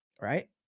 Right